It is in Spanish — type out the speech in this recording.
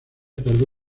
tardó